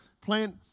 plant